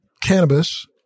cannabis